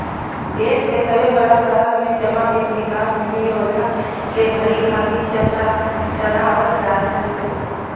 देश के सभे बड़ा शहर में जमा वित्त विकास निधि योजना के भलीभांति चलाबल जा रहले हें